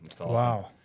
Wow